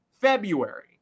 February